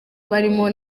barimo